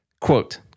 Quote